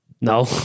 no